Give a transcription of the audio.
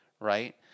Right